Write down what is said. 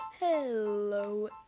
Hello